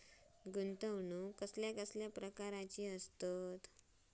गुंतवणूक कसल्या कसल्या प्रकाराची असता?